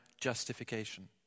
justification